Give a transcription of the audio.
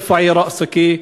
הרימי ראשך.